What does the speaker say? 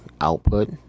output